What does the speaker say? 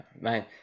man